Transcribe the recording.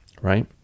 right